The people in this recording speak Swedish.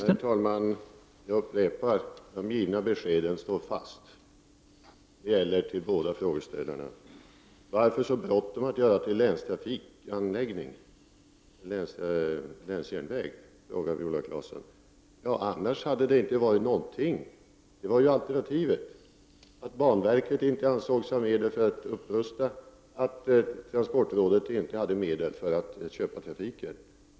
Herr talman! Jag upprepar att de givna beskeden står fast. Det gäller till båda frågeställarna. Varför så bråttom att göra om till länsjärnväg, frågar Viola Claesson. Annars hade det inte varit någonting. Det var det enda alternativet. Banverket ansåg sig inte ha medel för att rusta upp och transportrådet hade inte medel för att köpa trafiken.